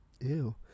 Ew